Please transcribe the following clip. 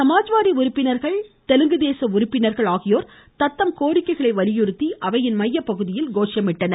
சமாஜ்வாதி உறுப்பினர்கள் தெலுங்கு தேச உறுப்பினர்களும் தத்தம் கோரிக்கைகளை வலியுறுத்தி அவையின் மைய பகுதியில் கோஷமிட்டனர்